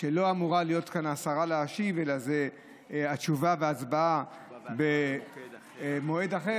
שלא אמורה להיות כאן השרה להשיב אלא שהתשובה וההצבעה במועד אחר,